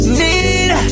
need